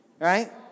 right